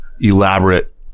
elaborate